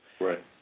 Right